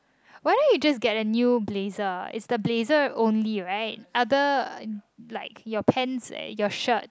why don't you just get a new blazer is the blazer only right other like your pants your shirt